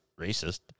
racist